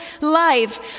life